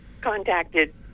contacted